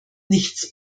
nichts